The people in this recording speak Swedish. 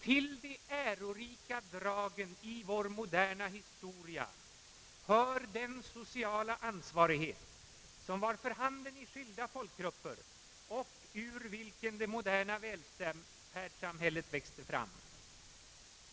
Till de ärorika dragen i vår moderna historia hör den sociala ansvarighet som var för handen i skilda folkgrupper och ur vilken det moderna välfärdssamhället växte fram.